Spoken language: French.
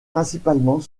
principalement